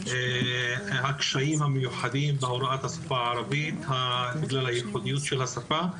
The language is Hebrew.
הקשיים המיוחדים בהוראת השפה הערבית בגלל הייחודיות של השפה,